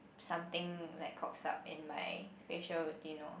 something like cocks up in my facial routine lor